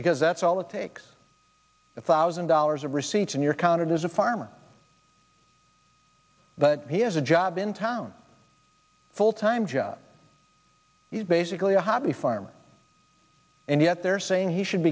because that's all it takes a thousand dollars a receipt and you're counted as a farmer but he has a job in town full time job he's basically a hobby farmer and yet they're saying he should